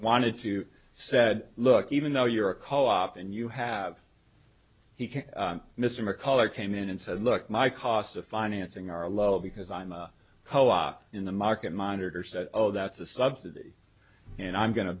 wanted to said look even though you're a co op and you have he can midsomer color came in and said look my cost of financing are low because i'm a co op in the market monitor said oh that's a subsidy and i'm going to